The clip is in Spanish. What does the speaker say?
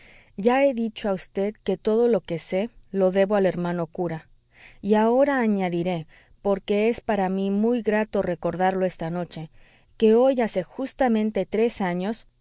ya he dicho a vd que todo lo que sé lo debo al hermano cura y ahora añadiré porque es para mí muy grato recordarlo esta noche que hoy hace justamente tres años